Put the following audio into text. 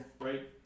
Right